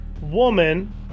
woman